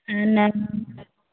नाहि